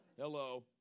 Hello